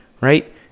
right